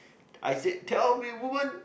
I said tell me woman